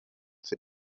für